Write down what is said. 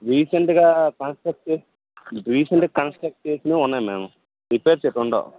రీసెంట్గా కంస్ట్రక్ట్ చే రీసెంట్గా కంస్ట్రక్ట్ చేసినవి ఉన్నాయి మ్యామ్ రిపేర్ చేసి ఉండవు